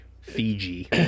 Fiji